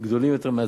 גדולים יותר מהצרכים,